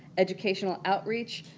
educational outreach,